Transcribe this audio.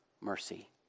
mercy